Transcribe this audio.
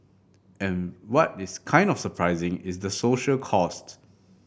and what is kind of surprising is the social costs